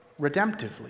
redemptively